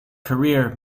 career